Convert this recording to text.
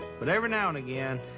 but every now and again,